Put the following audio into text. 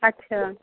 अच्छा